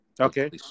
Okay